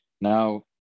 Now